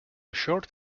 short